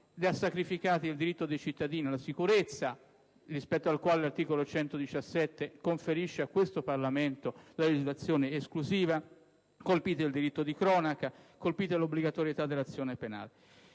è sacrificato il diritto dei cittadini alla sicurezza, rispetto al quale l'articolo 117 conferisce a questo Parlamento la legislazione esclusiva; colpite il diritto di cronaca e l'obbligatorietà dell'azione penale.